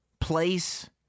place